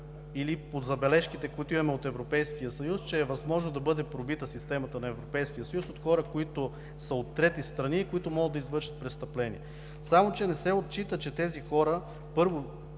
или по забележките, които имаме от Европейския съюз, че е възможно да бъде пробита системата на Европейския съюз от хора, които са от трети страни и могат да извършат престъпления. Само че не се отчита, че тези хора, първо,